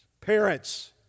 Parents